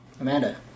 Amanda